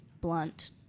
blunt